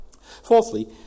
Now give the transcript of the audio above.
Fourthly